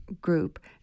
group